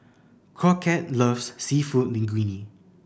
Crockett loves Seafood Linguine